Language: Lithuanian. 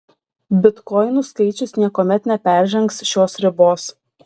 bitkoinų skaičius niekuomet neperžengs šios ribos